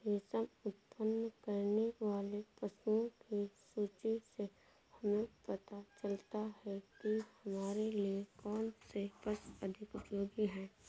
रेशम उत्पन्न करने वाले पशुओं की सूची से हमें पता चलता है कि हमारे लिए कौन से पशु अधिक उपयोगी हैं